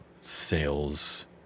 sales